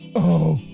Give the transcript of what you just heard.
oh.